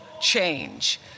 change